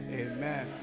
amen